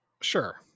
sure